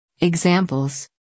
Examples